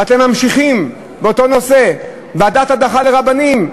ואתם ממשיכים באותו נושא: ועדת הדחה לרבנים.